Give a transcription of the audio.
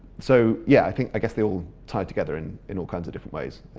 so, yeah. i think i guess they all tie together in in all kinds of different ways,